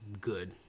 good